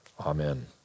Amen